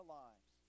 lives